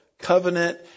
covenant